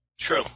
True